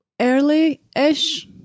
early-ish